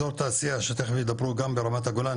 אזור תעשייה שתיכף ידברו גם ברמת הגולן,